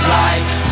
life